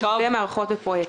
ומערכות ופרויקטים.